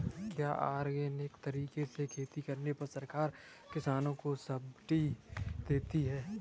क्या ऑर्गेनिक तरीके से खेती करने पर सरकार किसानों को सब्सिडी देती है?